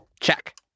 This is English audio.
Check